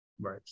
Right